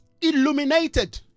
illuminated